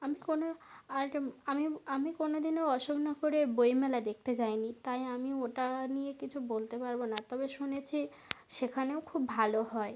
আমি কোনো আর আমি আমি কোনো দিনও অশোকনগরের বই মেলা দেখতে যায় নি তাই আমি ওটা নিয়ে কিছু বলতে পারবো না তবে শুনেছি সেখানেও খুব ভালো হয়